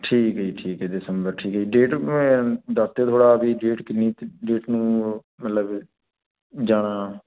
ਠੀਕ ਹੈ ਜੀ ਠੀਕ ਹੈ ਦਸੰਬਰ ਠੀਕ ਹੈ ਡੇਟ ਦਸ ਦਿਓ ਥੋੜ੍ਹਾ ਵੀ ਡੇਟ ਕਿੰਨੀ ਡੇਟ ਨੂੰ ਮਤਲਬ ਜਾਣਾ